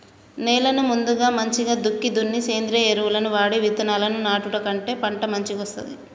నేలను ముందుగా మంచిగ దుక్కి దున్ని సేంద్రియ ఎరువులను వాడి విత్తనాలను నాటుకుంటే పంట మంచిగొస్తది